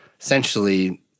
essentially